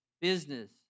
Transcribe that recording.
business